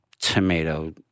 tomato